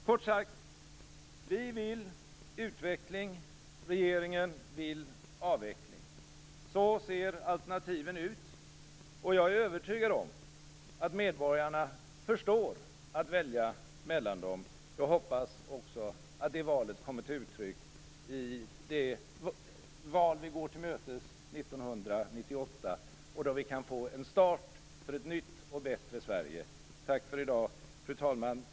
Kort sagt: Vi vill utveckling, regeringen vill avveckling. Så ser alternativen ut, och jag är övertygad om att medborgarna förstår att välja mellan dem. Jag hoppas också att det kommer till uttryck i det val vi går till mötes 1998, då vi kan få en start för ett nytt och bättre Sverige. Tack för i dag! Fru talman!